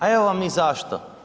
A evo vam i zašto.